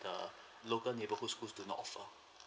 the local neighbourhood school do not offer